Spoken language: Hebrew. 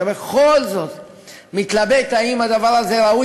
אתה בכל זאת מתלבט: האם הדבר הזה ראוי?